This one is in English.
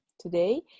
today